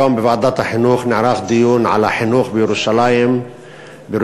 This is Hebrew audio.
היום נערך בוועדת החינוך דיון על החינוך בירושלים המזרחית.